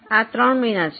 આ ત્રણ મહિના છે